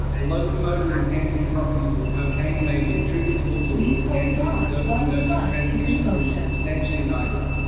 the locomotor enhancing properties of cocaine may be attributable to its enhancement of dopaminergic transmission from the substantia nigra.